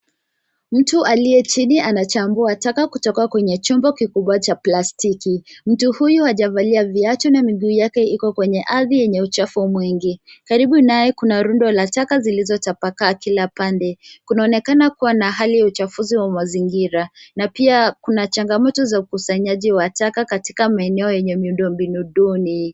Mtu aliye chini anachangua matunda kutoka kwenye chombo kikubwa cha plastiki. Mtu huyu anashughulika na vyatu na bidhaa zake ziko kwenye eneo lenye uchafu mwingi. Hapo kuna rundo la bidhaa zilizopakwa au kutayarishwa. Onekana kuwa na hali ya uchafu katika mazingira hayo. Pia kuna changamoto za kutafuta matunda katika